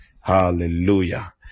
Hallelujah